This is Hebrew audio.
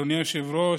אדוני היושב-ראש,